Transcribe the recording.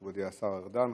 מכובדי השר ארדן,